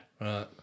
Right